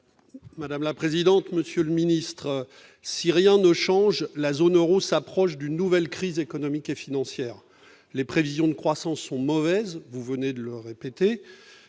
Madame la présidente, monsieur le ministre, si rien ne change, la zone Euro s'approche d'une nouvelle crise économique et financière, les prévisions de croissance sont mauvaises, vous venez de le répéter